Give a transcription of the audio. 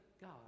God